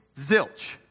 zilch